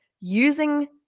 using